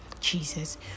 Jesus